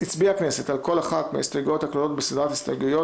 הצביעה הכנסת על כל אחת מההסתייגויות הכלולות בסדרת הסתייגויות,